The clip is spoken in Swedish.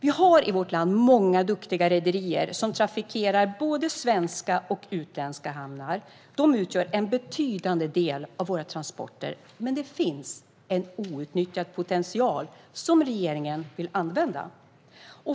Vi har i vårt land många duktiga rederier som trafikerar både svenska och utländska hamnar. De utför en betydande del av våra transporter, men det finns en outnyttjad potential som regeringen vill använda.